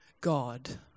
God